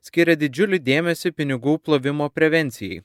skiria didžiulį dėmesį pinigų plovimo prevencijai